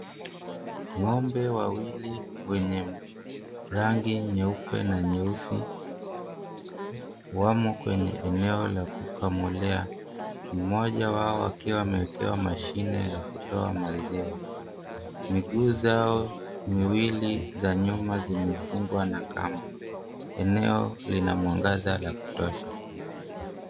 Ng'ombe wawili wenye rangi nyeupe na nyeusi wamo kwenye eneo la kukamulia. Mmoja wao akiwa ameekewa mashine ya kutoa maziwa, miguu zao miwili za nyuma zimefungwa na kamba. Eneo lina mwangaza wa kutosha.